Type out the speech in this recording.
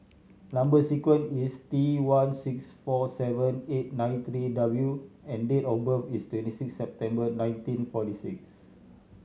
number sequence is T one six four seven eight nine three W and date of birth is twenty six September nineteen forty six